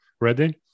ready